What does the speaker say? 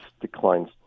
declines